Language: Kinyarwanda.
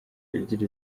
igira